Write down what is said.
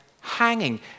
hanging